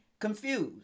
confused